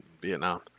Vietnam